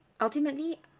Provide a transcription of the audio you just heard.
Ultimately